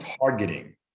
targeting